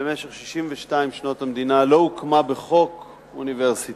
במשך 62 שנות המדינה, לא הוקמה בחוק אוניברסיטה,